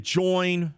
join